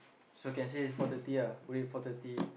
so can say four thirty lah we meet four thirty